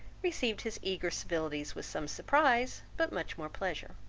received his eager civilities with some surprise, but much more pleasure.